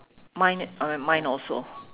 mine uh mine also